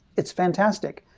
it's fantastic.